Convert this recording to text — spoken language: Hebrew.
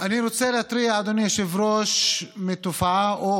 אני רוצה להתריע, אדוני היושב-ראש, מתופעה או